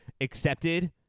accepted